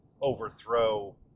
overthrow